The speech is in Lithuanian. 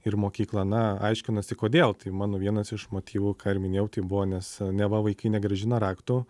ir mokykla na aiškinosi kodėl tai mano vienas iš motyvų ką ir minėjau tai buvo nes neva vaikai negrąžina raktų